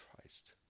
Christ